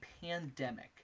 pandemic